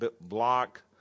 block